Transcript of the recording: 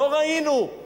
לא ראינו,